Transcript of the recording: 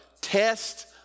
Test